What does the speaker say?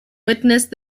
witnessed